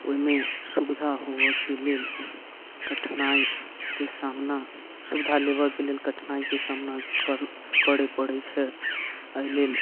ओइमे सुविधा होवऽके लेल कठिनाइके सामना सुविधा लेबऽके लेल कठिनाइके सामना करऽ करे पड़ै छै अइलेल